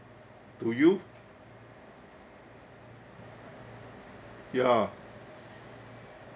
to you ya